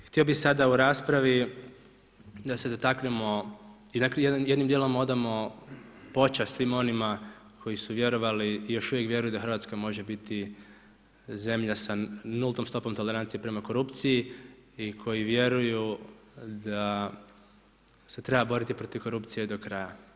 Htio bi sada u raspravi da se dotaknemo i da jednim dijelom odamo počast svima onima koji su vjerovali i još uvijek vjeruju da Hrvatska može biti zemlja sa nultom stopom tolerancije prema korupciji i koji vjeruju da se treba boriti protiv korupcije do kraja.